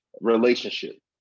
relationship